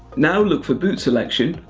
now look for boot selection,